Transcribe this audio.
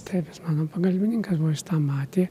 taip jis mano pagalbininkas buvo jis tą matė